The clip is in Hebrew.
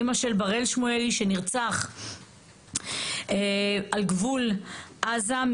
אמא של בראל שמואלי שנרצח על גבול עזה,